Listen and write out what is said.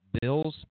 Bills